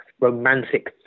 romantic